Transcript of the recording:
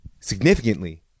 Significantly